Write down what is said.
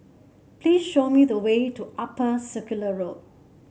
please show me the way to Upper Circular Road